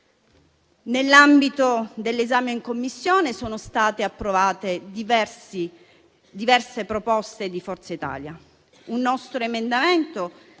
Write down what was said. Nell'ambito dell'esame in Commissione sono state approvate diverse proposte di Forza Italia.